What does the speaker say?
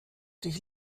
dich